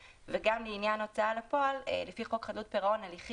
ובעניין ההוצאה לפועל לפי חוק חדלות פירעון,